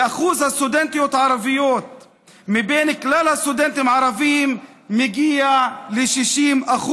ואחוז הסטודנטיות הערביות מבין כלל הסטודנטים הערבים מגיע ל-60%,